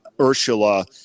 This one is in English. Ursula